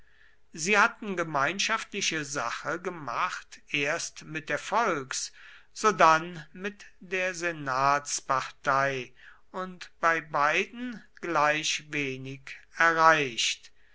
sie hatten gemeinschaftliche sache gemacht erst mit der volks sodann mit der senatspartei und bei beiden gleich wenig erreicht